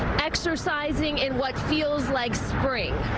exercising in what feels like spring.